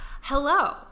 Hello